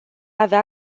avea